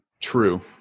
True